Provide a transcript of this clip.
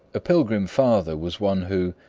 a pilgrim father was one who,